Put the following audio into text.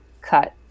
cut